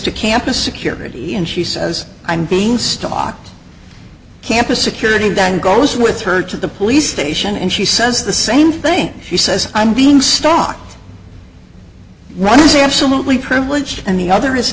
to campus security and she says i'm being stalked campus security that goes with her to the police station and she says the same thing she says i'm being stalked runcie absolutely privileged and the other is